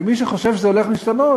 ומי שחושב שזה הולך להשתנות,